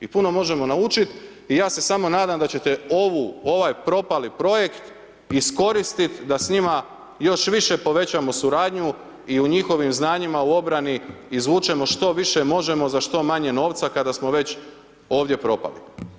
I puno možemo naučiti i ja se samo nadam da ćete ovaj propali projekt iskoristiti da s njima još više povećamo suradnju i u njihovim znanjima u obrani izvučemo što više možemo za što manje novca kada smo već ovdje propali.